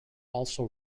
also